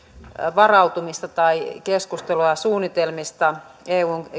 varautumista tai keskustelua suunnitelmista eun